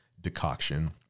decoction